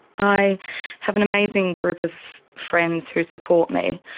i have an amazing group of friends who support me,